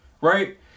right